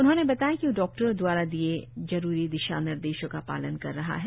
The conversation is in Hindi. उन्होंने बताया कि वह डाक्टरों दवारा दिए जरुरी निर्देशों का पालन कर रहा है